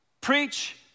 Preach